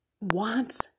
wants